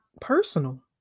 personal